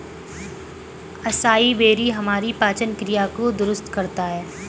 acai berry हमारी पाचन क्रिया को दुरुस्त करता है